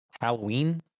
Halloween